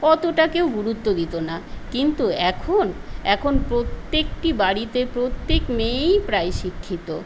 অতটা কেউ গুরুত্ব দিত না কিন্তু এখন এখন প্রত্যেকটি বাড়িতে প্রত্যেক মেয়েই প্রায় শিক্ষিত